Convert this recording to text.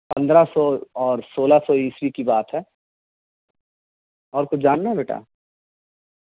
پندرہ سو اور سولہ سو عیسوی کی بات ہے اور کچھ جاننا ہے بیٹا